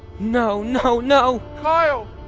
no. no. no. kyle!